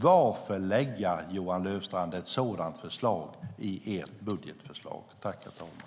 Varför, Johan Löfstrand, lägger ni fram ett sådant förslag i er budget?